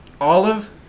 Olive